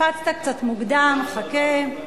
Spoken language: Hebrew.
קפצת קצת מוקדם, חכה.